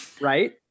Right